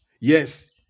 Yes